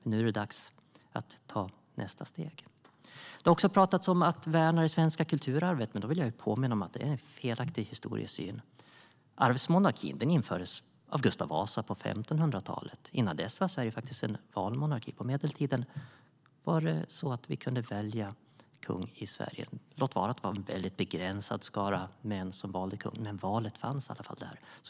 Nu är det dags att ta nästa steg. Det har också pratats om att värna det svenska kulturarvet. Då vill jag påminna om det är en felaktig historiesyn. Arvsmonarkin infördes av Gustav Vasa på 1500-talet. Dessförinnan var Sverige faktiskt en valmonarki. På medeltiden kunde vi välja kung i Sverige, låt vara att det var en mycket begränsad skara män som valde kung, men valet fanns i alla fall där.